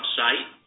site